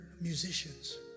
musicians